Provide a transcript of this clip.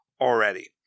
already